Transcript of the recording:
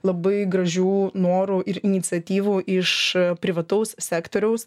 labai gražių norų ir iniciatyvų iš privataus sektoriaus